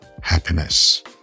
happiness